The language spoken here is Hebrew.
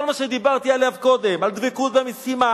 מה שדיברתי עליו קודם: על דבקות במשימה,